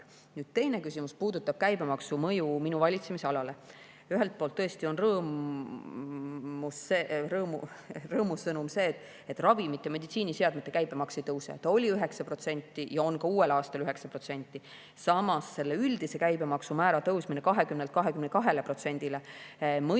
vajalik. Teine küsimus puudutab käibemaksu mõju minu valitsemisalale. Ühelt poolt on tõesti rõõmusõnum see, et ravimite ja meditsiiniseadmete käibemaks ei tõuse. See oli 9% ja on ka uuel aastal 9%. Samas, üldise käibemaksumäära tõusmine 20%‑lt